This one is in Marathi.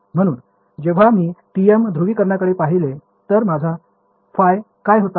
म्हणून जेव्हा मी TM ध्रुवीकरणाकडे पाहिले तर माझा फाय काय होता